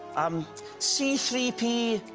um c three p.